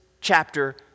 chapter